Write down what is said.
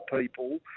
people